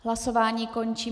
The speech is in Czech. Hlasování končím.